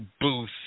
booth